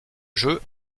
jeu